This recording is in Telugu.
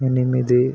ఎనిమిది